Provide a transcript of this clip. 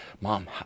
Mom